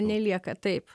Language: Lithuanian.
nelieka taip